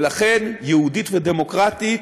ולכן, "יהודית ודמוקרטית"